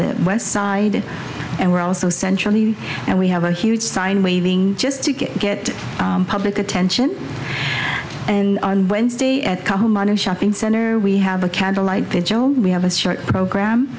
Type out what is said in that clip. the west side and we're also central and we have a huge sign waving just to get public attention and on wednesday at come on a shopping center we have a candlelight vigil we have a short program